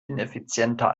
ineffizienter